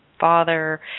father